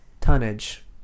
Tonnage